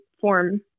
form